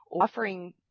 offering